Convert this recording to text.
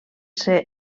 ser